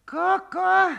ko ko